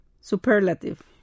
Superlative